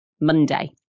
Monday